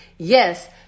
Yes